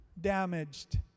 Damaged